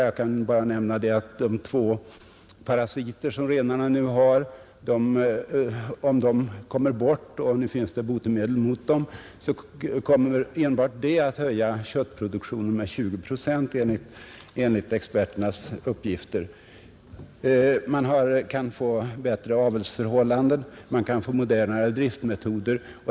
Jag kan bara nämna att om man kan få bort de två parasiter som renarna nu har — och det finns nu botemedel mot dem — kommer enbart det att höja köttproduktionen med 20 procent, enligt experternas uppgifter. Man kan vidare få bättre avelsförhållanden och modernare driftsmetoder.